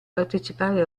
partecipare